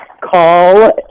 Call